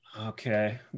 Okay